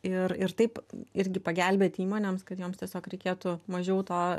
ir ir taip irgi pagelbėt įmonėms kad joms tiesiog reikėtų mažiau to